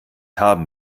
haben